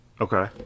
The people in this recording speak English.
Okay